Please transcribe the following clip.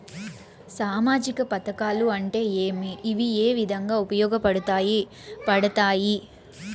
సామాజిక పథకాలు అంటే ఏమి? ఇవి ఏ విధంగా ఉపయోగపడతాయి పడతాయి?